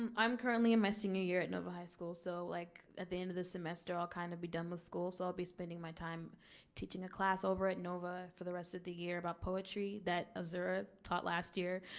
um i'm currently in my senior year at nova high school so like at the end of the semester all kind of be done with school so i'll be spending my time teaching a class over at nova for the rest of the year about poetry that ah zahara taught last year.